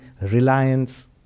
reliance